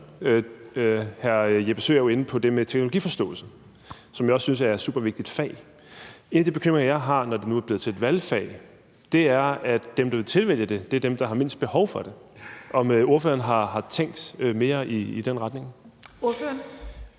Hr. Jeppe Søe er jo inde på det med teknologiforståelse, som jeg også synes er et super vigtigt fag. En af de bekymringer, jeg har, når det nu er blevet til et valgfag, er, at dem, der vil tilvælge det, er dem, der har mindst behov for det. Jeg kunne godt tænke mig at høre, om ordføreren